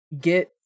get